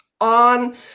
on